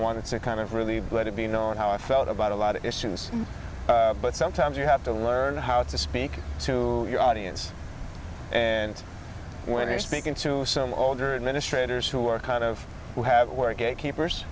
wanted to kind of really good to be known how i felt about a lot of issues but sometimes you have to learn how to speak to your audience and when you're speaking to some older administrators who are kind of who have where gatekeepers